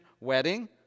wedding